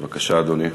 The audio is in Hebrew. בבקשה, אדוני.